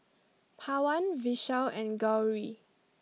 Pawan Vishal and Gauri